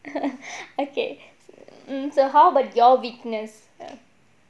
okay mm so how about your weakness